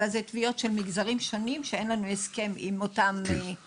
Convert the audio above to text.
אלא אלה תביעות של מגזרים שונים שאין לנו הסכם עמם ואז